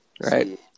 Right